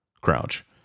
Crouch